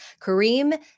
Kareem